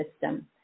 system